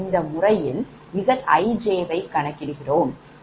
இந்த முறையில்Zij வை கணக்கிடுகிறோம்